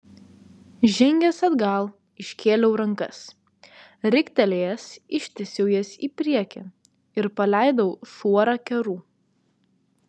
žengęs atgal iškėliau rankas riktelėjęs ištiesiau jas į priekį ir paleidau šuorą kerų